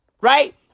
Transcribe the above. Right